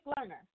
learner